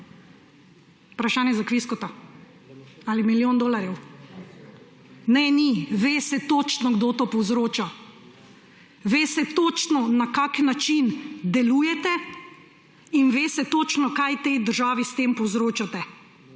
Vprašanje za kvizkota ali milijon dolarjev? Ne, ni. Ve se točno, kdo to povzroča. Ve se točno, na kakšen način delujete, in ve se točno, kaj tej državi s tem povzročate.